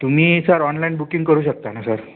तुम्ही sir online booking करू शकता ना सर